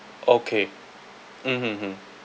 okay mm mmhmm